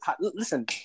Listen